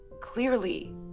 clearly